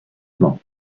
plan